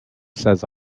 says